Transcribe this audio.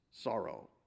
sorrow